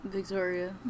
Victoria